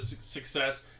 success